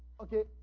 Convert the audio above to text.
Okay